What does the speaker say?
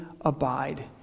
abide